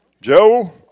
Joe